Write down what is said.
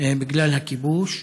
בגלל הכיבוש.